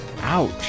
ouch